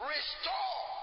Restore